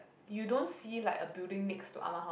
you don't see like a building next to Ah-Ma house